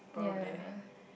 ya